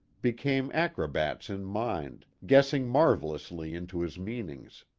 became acro bats in mind, guessing marvelously into his meanings.